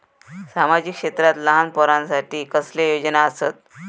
सामाजिक क्षेत्रांत लहान पोरानसाठी कसले योजना आसत?